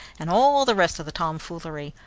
and all the rest of the tomfoolery.